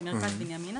במרכז בנימינה,